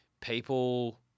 people